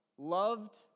Loved